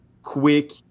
quick